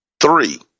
Three